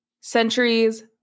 centuries